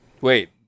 Wait